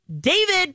david